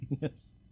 Yes